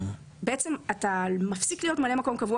חבר הכנסת אבי מעוז מפסיק להיות ממלא מקום קבוע